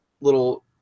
little